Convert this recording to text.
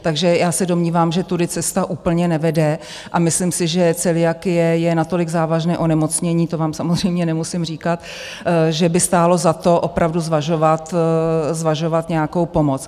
Takže já se domnívám, že tudy cesta úplně nevede a myslím si, že celiakie je natolik závažné onemocnění to vám samozřejmě nemusím říkat že by stálo za to opravdu zvažovat nějakou pomoc.